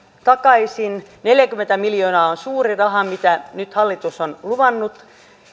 takaisin neljäkymmentä miljoonaa on suuri raha mitä nyt hallitus on luvannut